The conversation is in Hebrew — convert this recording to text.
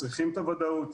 צריכים את הוודאות.